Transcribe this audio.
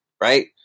right